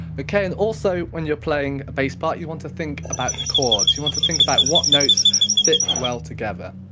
okay, and also when you're playing a bass part you want to think about the chords, you want to think about what notes fit well together.